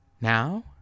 now